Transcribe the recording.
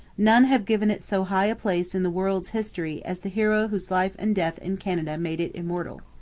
none have given it so high a place in the world's history as the hero whose life and death in canada made it immortal.